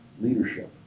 leadership